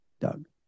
Doug